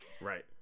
Right